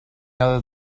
other